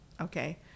okay